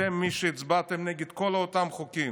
אתם אלה שהצבעתם נגד כל אותם חוקים,